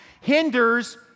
hinders